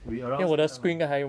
we around same time ah